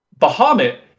Bahamut